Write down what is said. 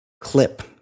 clip